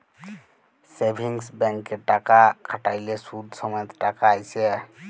savings ব্যাংকে টাকা খ্যাট্যাইলে সুদ সমেত টাকা আইসে